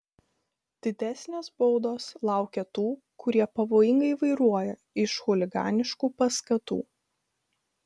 didesnės baudos laukia tų kurie pavojingai vairuoja iš chuliganiškų paskatų